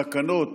תקנות